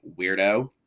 weirdo